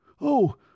Oh